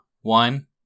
one